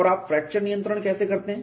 और आप फ्रैक्चर नियंत्रण कैसे करते हैं